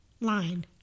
line